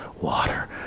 water